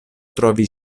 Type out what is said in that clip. trovi